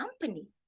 company